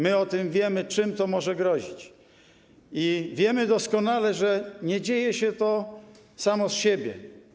My o tym wiemy, czym to może grozić, i wiemy doskonale, że nie dzieje się to samo z siebie.